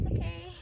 Okay